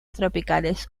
tropicales